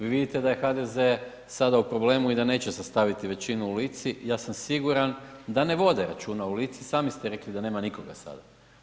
Vi vidite da je HDZ sada u problemu i da neće sastaviti većinu u Lici, ja sam siguran dan ne vode računa, u Lici, sami ste rekli da nema nikoga sada.